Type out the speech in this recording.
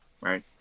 Right